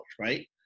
right